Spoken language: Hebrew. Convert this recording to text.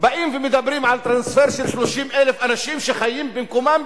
באים ומדברים על טרנספר של 30,000 אנשים שחיים במקומם,